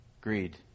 greed